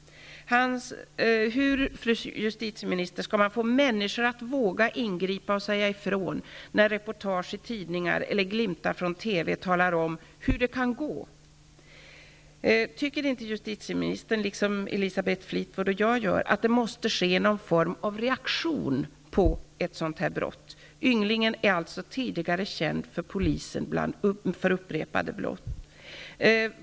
Hur skall man få människor att våga ingripa och säga ifrån, när reportage i tidningar eller glimtar från TV talar om hur det kan gå? Tycker inte justitieministern, liksom Elisabeth Fleetwood och jag, att det måste bli någon form av reaktion på ett brott av detta slag? Ynglingen är alltså tidigare känd hos polisen för upprepade brott.